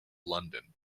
london